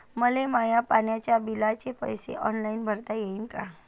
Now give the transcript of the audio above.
मले माया पाण्याच्या बिलाचे पैसे ऑनलाईन भरता येईन का?